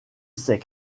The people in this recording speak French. ses